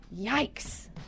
Yikes